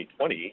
2020